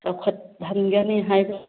ꯆꯥꯎꯈꯠꯍꯟꯒꯅꯤ ꯍꯥꯏꯕ